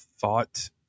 thought